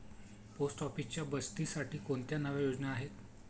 Post ऑफिसच्या बचतीसाठी कोणत्या नव्या योजना आहेत?